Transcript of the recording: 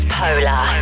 polar